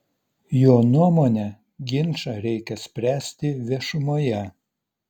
jo nuomone ginčą reikia spręsti viešumoje